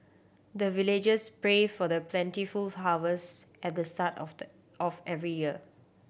the villagers pray for the plentiful harvest at the start of the of every year